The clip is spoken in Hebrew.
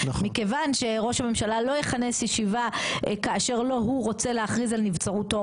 מכיוון שראש הממשלה לא יכנס ישיבה כאשר לא הוא רוצה להכריז על נבצרותו,